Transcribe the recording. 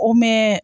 अमे